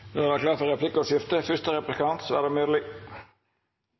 Det vil være viktig for